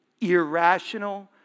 irrational